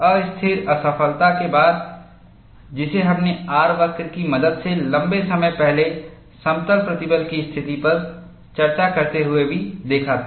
अस्थिर असफलता के बाद जिसे हमने R वक्र की मदद से लंबे समय पहले समतल प्रतिबल की स्थिति पर चर्चा करते हुए भी देखा था